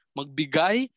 magbigay